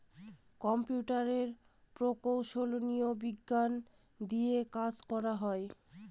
কম্পিউটারের প্রকৌশলী বিজ্ঞান দিয়ে কাজ করা হয়